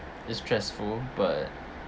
it's stressful but